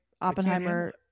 Oppenheimer